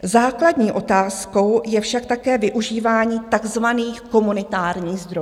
Základní otázkou je však také využívání takzvaných komunitárních zdrojů.